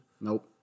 Nope